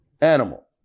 animal